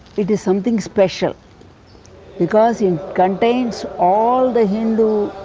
it is something special because it contains all the hindu